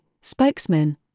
spokesman